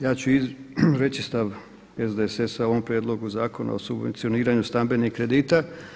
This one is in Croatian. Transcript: Ja ću reći stav SDSS-a o ovome prijedlogu Zakona o subvencioniranju stambenih kredita.